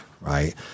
right